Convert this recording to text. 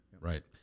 right